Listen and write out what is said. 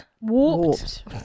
Warped